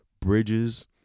bridges